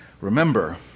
Remember